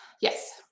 yes